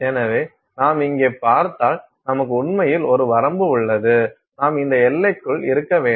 எனவே நாம் இங்கே பார்த்தால் நமக்கு உண்மையில் ஒரு வரம்பு உள்ளது நாம் இந்த எல்லைக்குள் இருக்க வேண்டும்